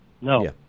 No